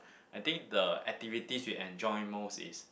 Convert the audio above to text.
I think the activities we enjoy most is